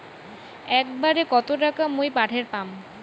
একবারে কত টাকা মুই পাঠের পাম?